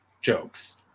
jokes